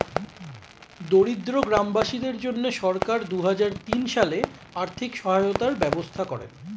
দরিদ্র গ্রামবাসীদের জন্য সরকার দুহাজার তিন সালে আর্থিক সহায়তার ব্যবস্থা করেন